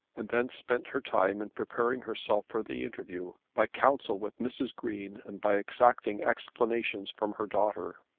and then spent her time in preparing herself for the interview by counsel with mrs. green and by exacting explanations from her daughter.